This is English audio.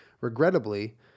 regrettably